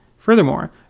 Furthermore